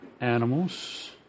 animals